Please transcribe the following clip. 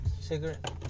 cigarette